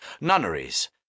nunneries